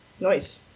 Nice